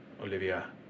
Olivia